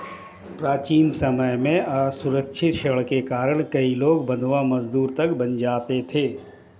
प्राचीन समय में असुरक्षित ऋण के कारण कई लोग बंधवा मजदूर तक बन जाते थे